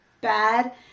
bad